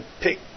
pick